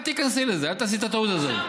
אל תיכנסי לזה, אל תעשי את הטעות הזאת.